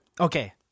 okay